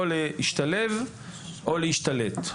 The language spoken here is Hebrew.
או להשתלב או להשתלט.